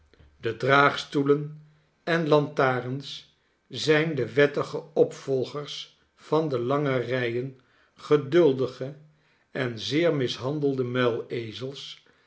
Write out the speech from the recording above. de draagstoelen enlantarens zijn de wettige opvolgers van de lange rijen geduldige en zeer mishandelde muilezels